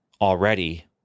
already